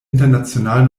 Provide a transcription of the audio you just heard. international